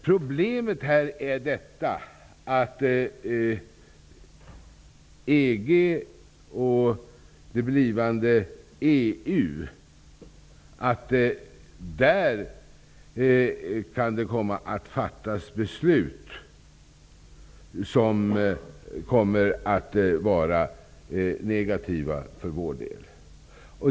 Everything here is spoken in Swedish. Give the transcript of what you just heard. Problemet är här att det i EG och blivande EU kan komma att fattas beslut som är negativa för vår del.